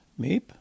Meep